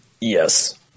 Yes